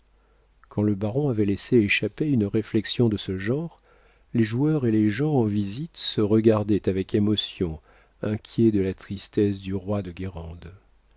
quand le baron avait laissé échapper une réflexion de ce genre les joueurs et les gens en visite se regardaient avec émotion inquiets de la tristesse du roi de